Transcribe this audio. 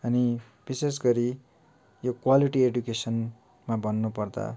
अनि विशेष गरी यो क्वालिटी एडुकेसनमा भन्नुपर्दा